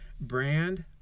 brand